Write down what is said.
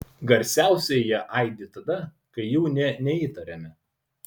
garsiausiai jie aidi tada kai jų nė neįtariame